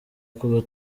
kuba